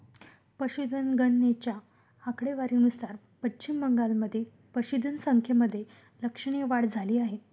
पशुधन गणनेच्या आकडेवारीनुसार पश्चिम बंगालमध्ये पशुधन संख्येमध्ये लक्षणीय वाढ झाली आहे